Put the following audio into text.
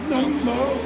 Number